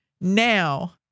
Now